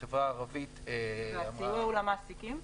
והסיוע הוא למעסיקים?